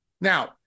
Now